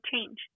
change